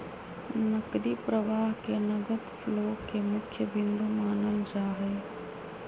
नकदी प्रवाह के नगद फ्लो के मुख्य बिन्दु मानल जाहई